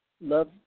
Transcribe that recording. love